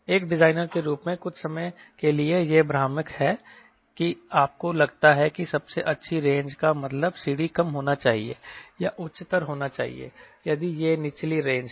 एक डिजाइनर के रूप में कुछ समय के लिए यह भ्रामक है कि आपको लगता है कि सबसे अच्छी रेंज का मतलब CD कम होना चाहिए या CD उच्चतर होना चाहिए यदि यह निचली रेंज है